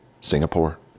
Singapore